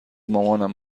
مامانم